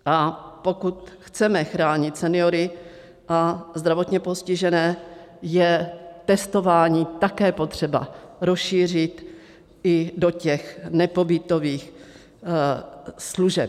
A pokud chceme chránit seniory a zdravotně postižené, je testování také potřeba rozšířit i do nepobytových služeb.